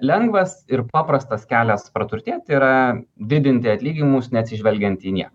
lengvas ir paprastas kelias praturtėti yra didinti atlyginimus neatsižvelgiant į nieką